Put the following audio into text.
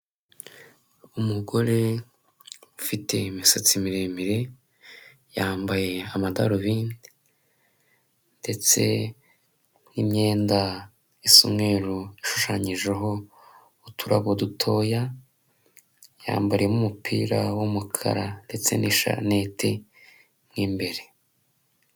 Umugore ufite imisatsi miremire yambaye amadarubindi ndetse n'imyenda isa umweru ishushanyijeho uturabo dutoya yambariyemo umupira w'umukara ndetse n'ishanete mo imbere.